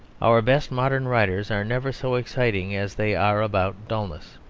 our best modern writers are never so exciting as they are about dulness.